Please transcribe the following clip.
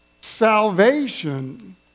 salvation